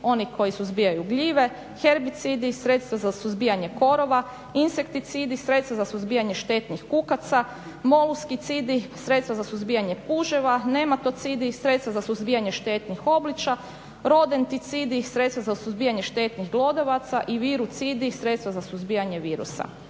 oni koji suzbijaju gljive, herbicidi sredstva za suzbijanje korova, insekticidi sredstva za suzbijanje štetnih kukaca, moluskicidi sredstva za suzbijanje puževa, nematocidi sredstva za suzbijanje štetnih oblića, rodenticidi sredstva za suzbijanje štetnih glodavaca i virucidi sredstva za suzbijanje virusa.